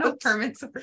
permits